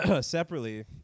Separately